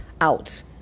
out